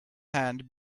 hand